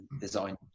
design